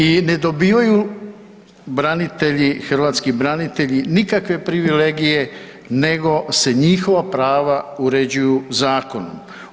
I ne dobivaju branitelji, hrvatski branitelji nikakve privilegije nego se njihova prava uređuju zakonom.